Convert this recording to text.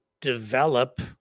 develop